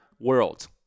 world